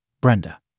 Brenda